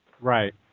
Right